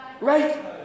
right